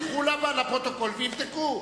ילכו לפרוטוקול ויבדקו.